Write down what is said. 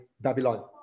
Babylon